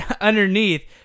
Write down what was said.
underneath